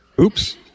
oops